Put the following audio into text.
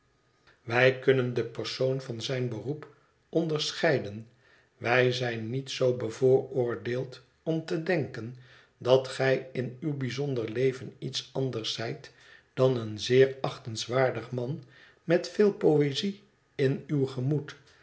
wij kunnen den persoon van zijn beroep onderscheiden wij zijn niet zoo bevooroordeeld om te denken dat gij in uw bijzonder leven iets anders zijt dan een zeer achtenswaardig man met veel poëzie in uw gemoed